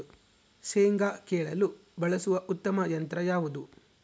ಶೇಂಗಾ ಕೇಳಲು ಬಳಸುವ ಉತ್ತಮ ಯಂತ್ರ ಯಾವುದು?